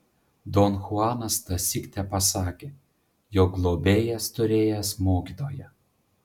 don chuanas tąsyk tepasakė jog globėjas turėjęs mokytoją